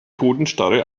totenstarre